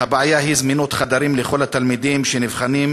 והבעיה היא זמינות חדרים לכל התלמידים שנבחנים,